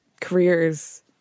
careers